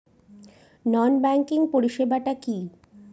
নন banking পরিষেবা টা কি?